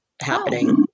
happening